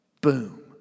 boom